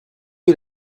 est